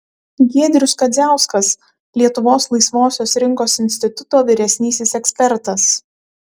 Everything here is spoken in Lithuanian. giedrius kadziauskas lietuvos laisvosios rinkos instituto vyresnysis ekspertas